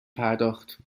پرداخت